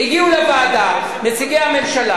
הגיעו לוועדה נציגי הממשלה